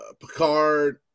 Picard